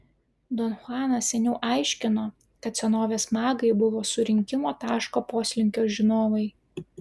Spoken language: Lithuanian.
don chuanas seniau aiškino kad senovės magai buvo surinkimo taško poslinkio žinovai